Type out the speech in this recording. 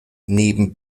neben